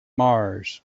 mars